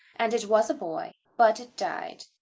and it was a boy, but it died,